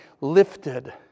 lifted